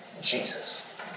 Jesus